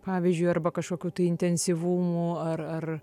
pavyzdžiui arba kažkokių tai intensyvumų ar ar